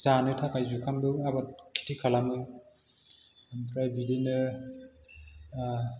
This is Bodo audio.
जानो थाखाय जुखामखौ आबाद खिथि खालामो ओमफ्राइ बिदिनो